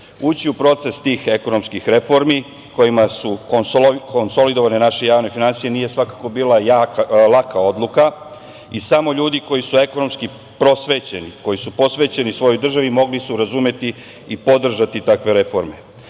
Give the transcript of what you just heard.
u proces tih ekonomskih reformi kojima su konsolidovane naše javne finansije nije svakako bila laka odluka. Samo ljudi koji su ekonomski prosvećeni, koji su posvećeni svojoj državi mogli su razumeti i podržati takve reforme.